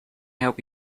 help